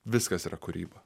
viskas yra kūryba